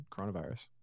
coronavirus